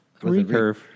recurve